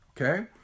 okay